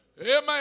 Amen